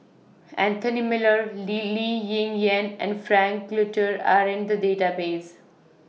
Anthony Miller Lee Ling Yen and Frank Cloutier Are in The Database